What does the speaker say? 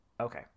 Okay